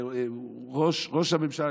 ראש הממשלה,